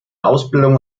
ausbildung